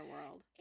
world